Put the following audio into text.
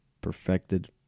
perfected